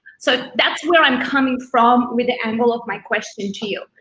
so that's where i'm coming from with the angle of my question to you.